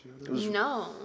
No